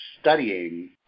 studying